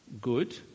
good